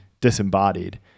disembodied